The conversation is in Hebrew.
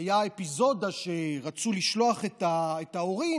הייתה אפיזודה שרצו לשלוח את ההורים,